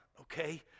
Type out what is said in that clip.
Okay